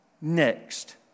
next